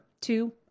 Two